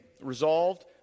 Resolved